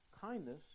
kindness